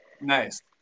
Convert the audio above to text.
Nice